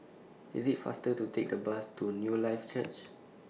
IS IT faster to Take A Bus to Newlife Church